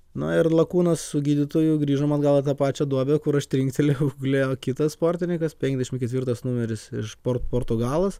na ir lakūnas su gydytoju grįžom atgal į tą pačią duobę kur aš trinktelėjau gulėjo kitas sportininkas penkiasdešimt ketvirtas numeris iš port portugalas